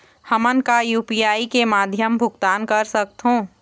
हमन का यू.पी.आई के माध्यम भुगतान कर सकथों?